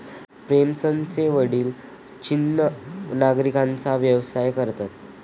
प्रेमचंदचे वडील छिन्नी नांगराचा व्यवसाय करतात